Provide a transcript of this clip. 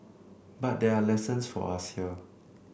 but there are lessons for us here